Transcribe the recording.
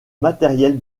matériel